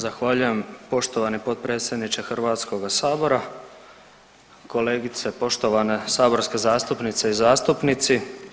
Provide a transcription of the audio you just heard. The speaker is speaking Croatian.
Zahvaljujem poštovani potpredsjedniče Hrvatskoga sabora, kolegice poštovane saborske zastupnice i zastupnici.